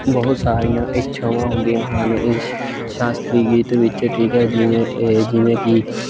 ਬਹੁਤ ਸਾਰੀਆਂ ਇੱਛਾਵਾਂ ਹੁੰਦੀਆਂ ਹਨ ਸ਼ਾਸਤਰੀ ਗੀਤ ਵਿੱਚ ਠੀਕ ਹੈ ਜਿਵੇਂ ਇਹ ਜਿਵੇਂ ਕਿ